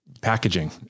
Packaging